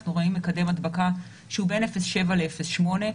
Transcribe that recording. אנחנו רואים מקדם הדבקה שהוא בן 0.7 ל-0.8.